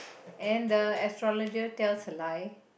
and the astrologer tells a lie